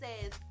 says